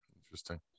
Interesting